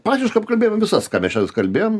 praktiškai apkalbėjom visas ką mes čia vat kalbėjom